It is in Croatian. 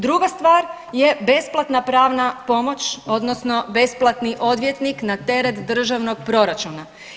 Druga stvar je besplatna pravna pomoć odnosno besplatni odvjetnik na teret državnog proračuna.